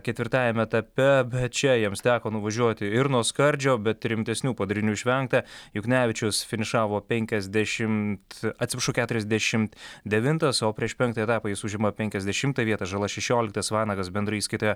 ketvirtajame etape bet čia jiems teko nuvažiuoti ir nuo skardžio bet rimtesnių padarinių išvengta juknevičius finišavo penkiasdešimt atsiprašau keturiasdešimt devintas o prieš penktąjį etapą jis užima penkiasdešimtą vietą žala šešioliktas vanagas bendroje įskaitoje